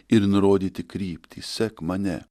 ir nurodyti kryptį sek mane